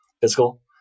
physical